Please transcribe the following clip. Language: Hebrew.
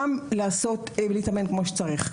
וגם להתאמן כמו שצריך.